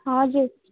हजुर